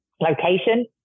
location